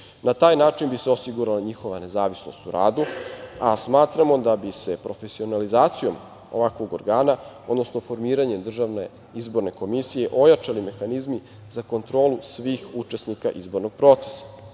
Na taj način bi se osigurala njihova nezavisnost u radu, a smatramo da bi se profesionalizacijom ovakvog organa, odnosno formiranjem državne izborne komisije ojačali mehanizmi za kontrolu svih učesnika izbornog procesa. Naravno,